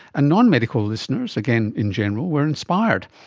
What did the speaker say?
and non-medical listeners, again in general, were inspired.